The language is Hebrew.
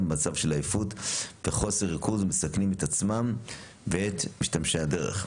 במצב של עייפות וחוסר ריכוז ומסכנים את עצמם ואת משתמשי הדרך.